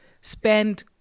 spend